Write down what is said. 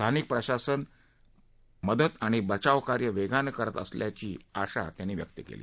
स्थानिक प्रशासन मदत आणि बचाव कार्य वेगानं करत असल्याची आशा त्यांनी व्यक्त केली